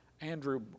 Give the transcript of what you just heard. Andrew